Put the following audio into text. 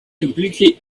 completely